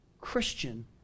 Christian